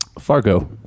Fargo